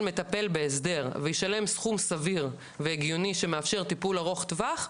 מטפל בהסדר וישלם סכום סביר והגיוני שמאפשר טיפול ארוך טווח,